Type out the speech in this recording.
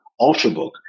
Ultrabook